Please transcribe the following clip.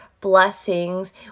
blessings